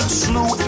slew